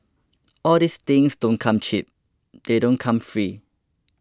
all these things don't come cheap they don't come free